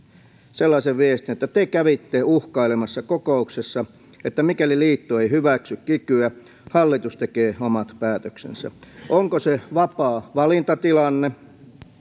sellaisen viestin että te kävitte uhkailemassa kokouksessa että mikäli liitto ei hyväksy kikyä hallitus tekee omat päätöksensä onko se vapaa valintatilanne